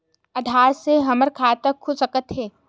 आधार से हमर खाता खुल सकत हे?